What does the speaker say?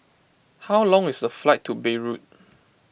how long is the flight to Beirut